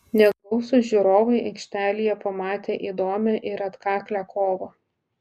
negausūs žiūrovai aikštėje pamatė įdomią ir atkaklią kovą